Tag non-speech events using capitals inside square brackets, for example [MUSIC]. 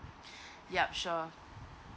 [BREATH] yup sure